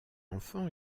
enfant